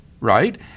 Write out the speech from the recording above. right